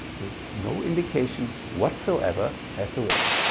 with no indication whatsoever as to which.